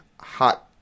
hot